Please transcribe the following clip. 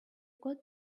got